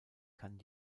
kann